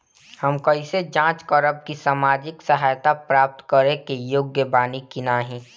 हम कइसे जांच करब कि सामाजिक सहायता प्राप्त करे के योग्य बानी की नाहीं?